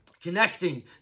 connecting